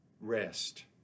rest